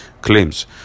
claims